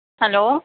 hello